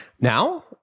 Now